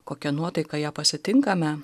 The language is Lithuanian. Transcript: kokia nuotaika ją pasitinkame